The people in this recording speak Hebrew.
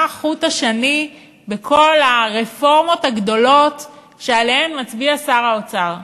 מה חוט השני בכל הרפורמות הגדולות שעליהן מצביע שר האוצר?